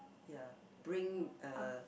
ya bring a